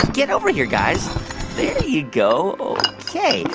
get over here, guys. there you go ok.